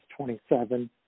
27